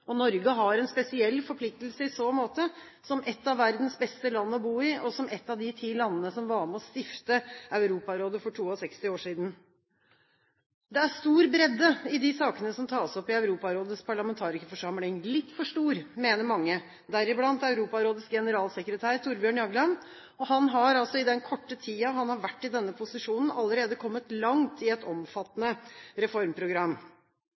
Norge har en spesiell forpliktelse i så måte som et av verdens beste land å bo i, og som et av de ti landene som var med på å stifte Europarådet for 62 år siden. Det er stor bredde i de sakene som tas opp i Europarådets parlamentarikerforsamling – litt for stor, mener mange, deriblant Europarådets generalsekretær, Thorbjørn Jagland. Han har altså i den korte tiden han har vært i denne posisjonen, allerede kommet langt i et omfattende reformprogram.